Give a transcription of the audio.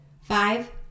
Five